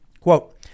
Quote